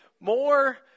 more